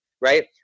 right